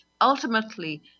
Ultimately